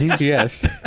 Yes